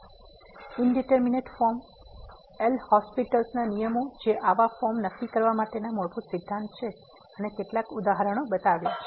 તેથી indeterminate form L'Hospital's ના નિયમો જે આવા ફોર્મ નક્કી કરવા માટેના મૂળભૂત સિદ્ધાંત છે અને કેટલાક ઉદાહરણો બતાવ્યા છે